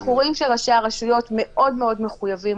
אנחנו רואים שראשי הרשויות מאוד מאוד מחויבים